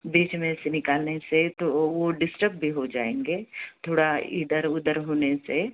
बीच में से निकालने से तो वो डिस्टर्ब भी हो जाएंगे थोड़ा इधर उधर होने से